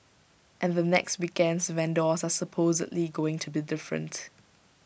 and the next weekend's vendors are supposedly going to be different